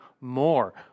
more